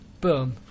boom